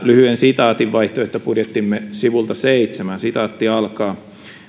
lyhyen sitaatin vaihtoehtobudjettimme sivulta seitsemän